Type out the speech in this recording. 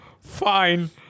Fine